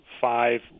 five